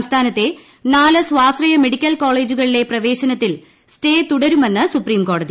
സംസ്ഥാനത്തി നാ്ല് സ്വാശ്രയ മെഡിക്കൽ കോളേജുകളില്പ് പ്രവേശനത്തിൽ സ്റ്റേ തുടരുമെന്ന് സുപ്രിംകോടതി